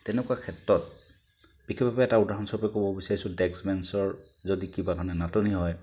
তেনেকুৱা ক্ষেত্ৰত বিশেষভাৱে এটা উদাহৰণস্বৰূপে ক'ব বিচাৰিছোঁ যে ডেস্ক বেঞ্চৰ যদি কিবা কাৰণে নাটনি হয়